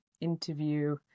interview